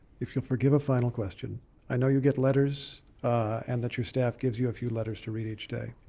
if you'll forgive a final question i know you get letters and that your staff gives you a few letters to read each day.